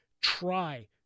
try